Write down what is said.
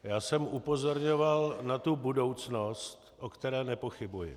Já jsem upozorňoval na tu budoucnost, o které nepochybuji.